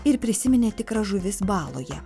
ir prisiminė tikras žuvis baloje